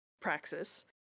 Praxis